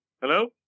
Hello